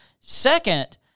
second